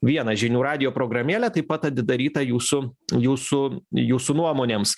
vienas žinių radijo programėlė taip pat atidaryta jūsų jūsų jūsų nuomonėms